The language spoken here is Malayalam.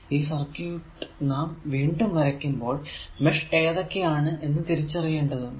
ഈ സർക്യൂട് നാം വീണ്ടും വരയ്ക്കുമ്പോൾ മെഷ് ഏതൊക്കെ ആണ് എന്ന് തിരിച്ചറിയേണ്ടതുണ്ട്